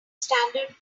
standard